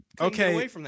Okay